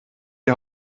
die